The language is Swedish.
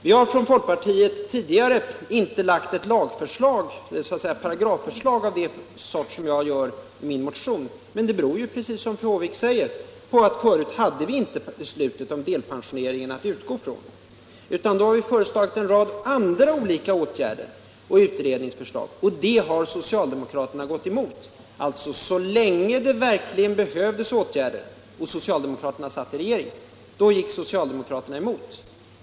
Vi har från folkpartiet inte tidigare lagt fram ett förslag till lagparagrafer av det slag jag lägger fram i min motion. Men det beror ju, precis som Doris Håvik säger, på att vi förut inte hade beslutet om delpensionen att utgå från. Då lade vi fram en rad andra förslag om åtgärder och utredningar, och dessa förslag har socialdemokraterna gått emot. Så länge det verkligen behövdes åtgärder och socialdemokraterna satt i regeringen gick socialdemokraterna emot.